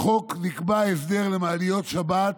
בחוק נקבע הסדר למעליות שבת